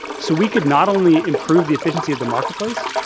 so we could not only improve the efficiency of the marketplace,